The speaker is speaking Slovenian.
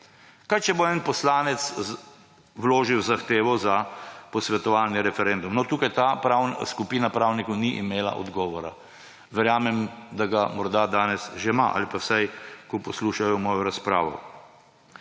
Kaj bo, če bo en poslanec vložil zahtevo za posvetovalni referendum? No, tukaj ta skupina pravnikov ni imela odgovora. Verjamem, da ga morda danes že ima ali pa vsaj, ko poslušajo mojo razpravo.